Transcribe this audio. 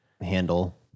handle